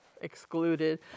excluded